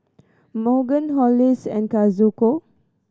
Morgan Hollis and Kazuko